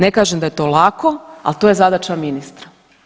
Ne kažem da je to lako, ali to je zadaća ministra.